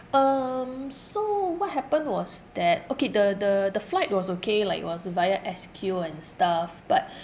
um so what happened was that okay the the the flight was okay like it was via S_Q and stuff but